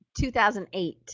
2008